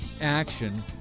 Action